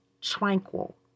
tranquil